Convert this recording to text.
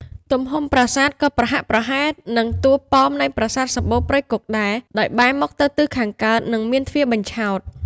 ទំហំប្រាសាទក៏ប្រហាក់ប្រហែលនឹងតួប៉មនៃប្រាសាទសម្បូរព្រៃគុកដែរ ដោយបែរមុខទៅទិសខាងកើត និងមានទ្វារបញ្ឆោត។